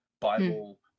Bible